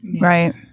right